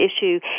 issue